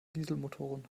dieselmotoren